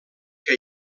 que